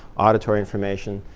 auditory information,